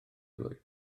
blwydd